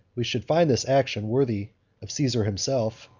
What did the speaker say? we should find this action, worthy of caesar himself,